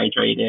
hydrated